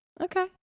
Okay